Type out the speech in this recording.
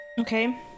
Okay